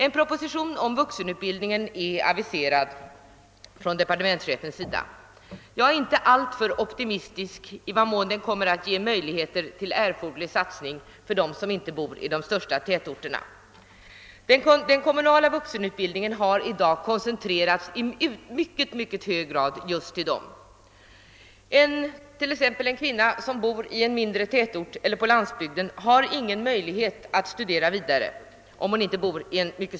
En proposition om vuxenutbildningen är aviserad av departementschefen, men jag är inte alltför optimistisk beträffande i vad mån den kommer att ge möjligheter till erforderlig satsning för dem som inte bor i de största tätorterna. Den kommunala vuxenutbildningen har i dag koncentrerats just till dem. En kvinna som bor i en mindre tätort eller på landsbygden har ofta ingen möjlighet att studera vidare.